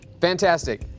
Fantastic